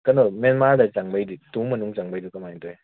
ꯀꯩꯅꯣ ꯃꯦꯟꯃꯥꯔꯗ ꯆꯪꯕꯩꯗꯤ ꯇꯨꯝꯃꯨ ꯃꯅꯨꯡ ꯆꯪꯕꯩꯗꯤ ꯀꯃꯥꯏꯅ ꯇꯧꯋꯤ